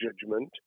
judgment